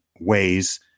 ways